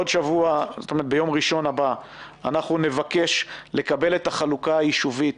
ביום ראשון הבא אנחנו נבקש לקבל את החלוקה היישובית,